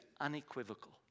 unequivocal